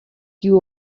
you